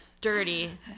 Dirty